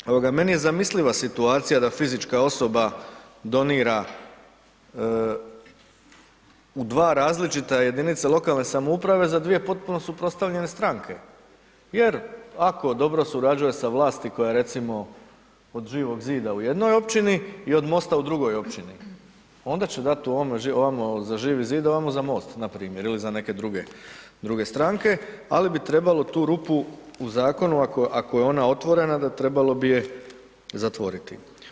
I pod dva, ovoga, meni je zamisliva situacija da fizička osoba donira u dva različita jedinice lokalne samouprave za dvije potpuno suprotstavljene stranke, jer ako dobro surađuje sa vlasti koja je recimo od Živog zida u jednoj općini i od MOST-a u drugoj općini, onda će dati u ovome, ovamo za Živi zid, ovamo za MOST, na primjer, ili za neke druge, druge stranke, ali bi trebalo tu rupu u Zakonu ako je ona otvorena, da trebalo bi je zatvoriti.